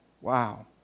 Wow